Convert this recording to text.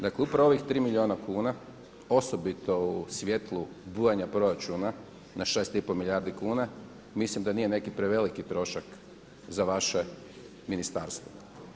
Dakle, upravo ovih 3 milijuna kuna osobito u svjetlu bujanja proračuna na 6,5 milijardi kuna mislim da nije neki preveliki trošak za vaše ministarstvo.